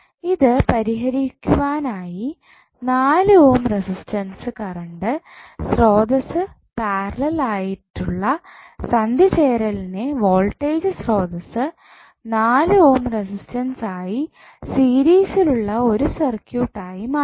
ഇത് പരിഹരിക്കുവാൻ ആയി 4 ഓം റെസിസ്റ്റൻസ് കറണ്ട് സ്രോതസ്സ്സ് പാരലൽ ആയിട്ടുള്ള സന്ധിചേരലിനെ വോൾടേജ് സ്രോതസ്സ് നാല് ഓം റസിസ്റ്റൻസ് ആയി സീരീസിലുള്ള ഒരു സർക്യൂട്ട് ആയി മാറ്റണം